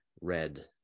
red